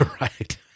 Right